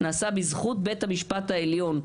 נעשה בזכות בית המשפט העליון,